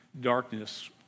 darkness